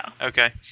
Okay